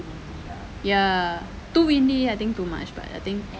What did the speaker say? ya too windy I think too much but I think